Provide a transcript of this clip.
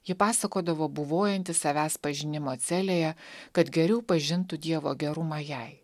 ji pasakodavo buvojanti savęs pažinimo celėje kad geriau pažintų dievo gerumą jai